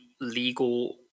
legal